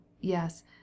yes